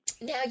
Now